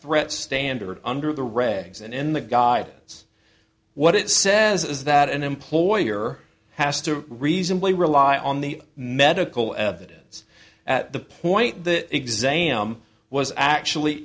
threat standard under the regs and in the guidance what it says is that an employer has to reasonably rely on the medical evidence at the point that exam was actually